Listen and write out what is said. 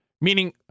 Meaning